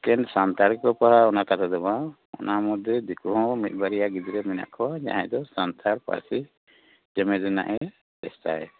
ᱮᱠᱷᱮᱱ ᱥᱟᱱᱛᱟᱲ ᱜᱮᱠᱚ ᱯᱟᱲᱦᱟᱜᱼᱟ ᱚᱱᱟ ᱠᱟᱛᱷᱟ ᱫᱚ ᱵᱟᱝ ᱚᱱᱟ ᱢᱚᱫᱷᱮ ᱫᱤᱠᱩ ᱦᱚᱸ ᱢᱤᱫ ᱵᱟᱨᱭᱟ ᱜᱤᱫᱽᱨᱟᱹ ᱢᱮᱱᱟᱜ ᱠᱚᱣᱟ ᱡᱟᱦᱟᱭ ᱫᱚ ᱥᱟᱱᱛᱟᱲ ᱯᱟᱹᱨᱥᱤ ᱪᱮᱢᱮᱫ ᱨᱮᱱᱟᱜ ᱮ ᱪᱮᱥᱴᱟᱭᱟ